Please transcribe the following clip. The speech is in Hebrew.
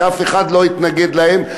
שבאמת אף אחד לא התנגד להם,